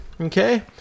Okay